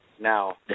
now